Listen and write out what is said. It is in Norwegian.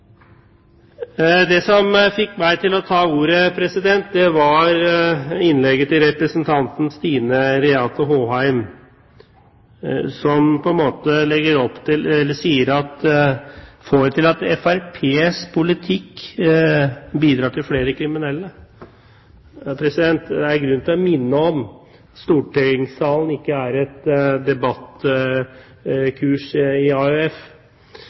Det som fikk meg til å ta ordet, var innlegget fra representanten Stine Renate Håheim, som får det til at Fremskrittspartiets politikk bidrar til flere kriminelle. Det er grunn til å minne om at en debatt i stortingssalen ikke er det samme som et debattkurs i